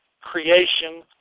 creation